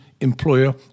employer